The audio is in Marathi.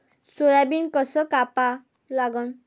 सोयाबीन कस कापा लागन?